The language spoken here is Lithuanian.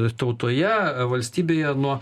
tautoje valstybėje nuo